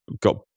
got